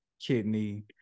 kidney